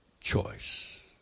choice